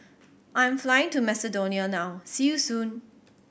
I'm flying to Macedonia now see you soon